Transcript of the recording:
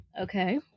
Okay